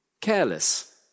careless